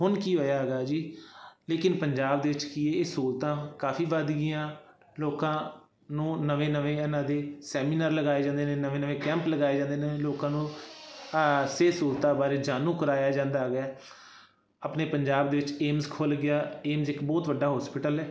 ਹੁਣ ਕੀ ਹੋਇਆ ਹੈਗਾ ਜੀ ਲੇਕਿਨ ਪੰਜਾਬ ਦੇ ਵਿੱਚ ਕੀ ਇਹ ਸਹੂਲਤਾਂ ਕਾਫੀ ਵੱਧ ਗਈਆਂ ਲੋਕਾਂ ਨੂੰ ਨਵੇਂ ਨਵੇਂ ਇਹਨਾਂ ਦੇ ਸੈਮੀਨਾਰ ਲਗਾਏ ਜਾਂਦੇ ਨੇ ਨਵੇਂ ਨਵੇਂ ਕੈਂਪ ਲਗਾਏ ਜਾਂਦੇ ਨੇ ਲੋਕਾਂ ਨੂੰ ਸਿਹਤ ਸਹੂਲਤਾਂ ਬਾਰੇ ਜਾਣੂ ਕਰਵਾਇਆ ਜਾਂਦਾ ਹੈਗਾ ਆਪਣੇ ਪੰਜਾਬ ਦੇ ਵਿੱਚ ਏਮਸ ਖੁੱਲ੍ਹ ਗਿਆ ਏਮਸ ਇੱਕ ਬਹੁਤ ਵੱਡਾ ਹੋਸਪਿਟਲ ਹੈ